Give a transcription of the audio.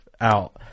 out